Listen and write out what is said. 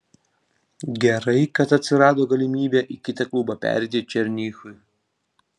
gerai kad atsirado galimybė į kitą klubą pereiti černychui